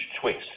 twist